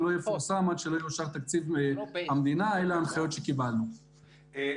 מפרסמים באתר שלנו גם בשפה הערבית ולכן הנגישות לקול קורא עצמו היא לא